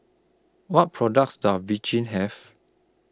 What products Does Vichy Have